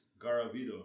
Garavido